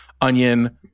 onion